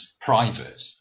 private